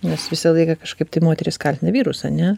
nes visą laiką kažkaip tai moterys kaltina vyrus an e tai